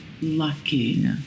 lucky